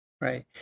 Right